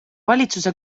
valitsuse